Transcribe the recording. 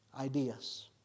ideas